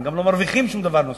הם גם לא מרוויחים שום דבר נוסף.